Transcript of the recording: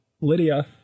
Lydia